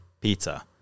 pizza